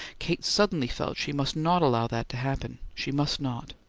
kate suddenly felt she must not allow that to happen, she must not!